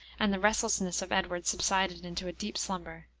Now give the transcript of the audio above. and the restlessness of edward subsided into a deep slumber.